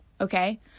Okay